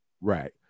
Right